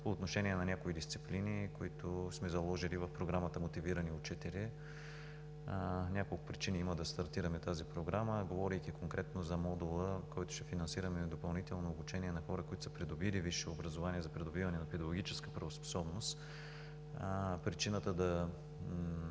по отношение на някои дисциплини, които сме заложили в Програмата „Мотивирани учители“. Има няколко причини да стартираме тази програма, говорейки конкретно за модула, с който ще финансираме допълнително обучение на хора, които са придобили висше образование, за придобиване на педагогическа правоспособност. Причината да